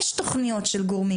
יש תוכניות של גורמים